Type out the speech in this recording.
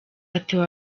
atewe